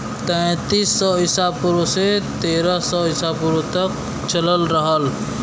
तैंतीस सौ ईसा पूर्व से तेरह सौ ईसा पूर्व तक चलल रहल